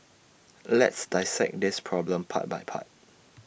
let's dissect this problem part by part